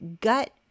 gut